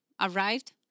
arrived